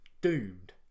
doomed